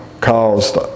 caused